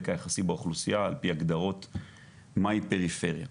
היחסי באוכלוסייה על פי הגדרות מהי פריפריה.